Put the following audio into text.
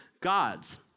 gods